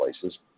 places